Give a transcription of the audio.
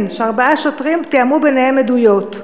שארבעה שוטרים תיאמו ביניהם עדויות.